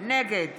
נגד